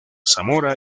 zamora